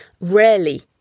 rarely